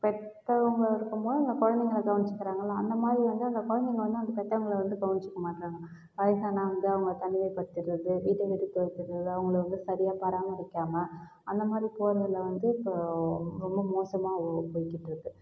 பெற்றவங்க இருக்கும்போது இந்த குழந்தைங்கள கவனிச்சிக்கிறாங்கல்ல அந்த மாதிரி வந்து அந்த குழந்தைங்க வந்து அந்த பெத்தவங்களை வந்து கவனிச்சிக்க மாட்டுறாங்க வயசானால் வந்து அவங்களை தனிமைப்படுத்திறது வீட்டை விட்டு துறத்துறது அவங்களை வந்து சரியாக பராமரிக்காமல் அந்த மாரி சூழ்நிலை வந்து இப்போ ரொம்ப மோசமாகவே போய்கிட்டு இருக்கு